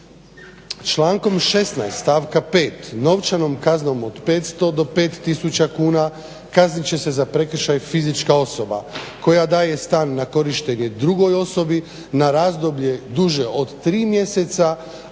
Člankom 16.stavka 5. "Novčanom kaznom od 500 do 5000 tisuća kuna kaznit će se za prekršaj fizička osoba koja daje stan na korištenje drugoj osobi na razdoblje duže od tri mjeseca,